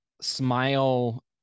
Smile